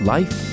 Life